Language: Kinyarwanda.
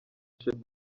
sheebah